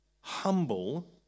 humble